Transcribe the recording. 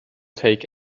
take